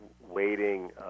waiting